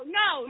no